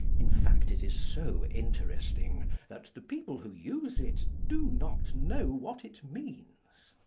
in fact, it is so interesting that the people who use it do not know what it means.